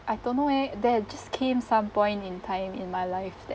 I don't know eh there just came some point in time in my life